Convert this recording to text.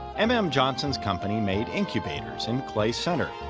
m m. johnson's company made incubators in clay center.